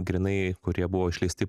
grynai kurie buvo išleisti